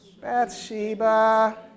Bathsheba